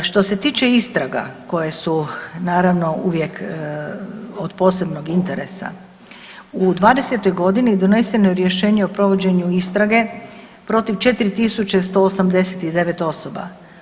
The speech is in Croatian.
Što se tiče istraga koja su naravno uvijek od posebnog interesa u '20. godini doneseno je rješenje o provođenju istrage protiv 4.189 osoba.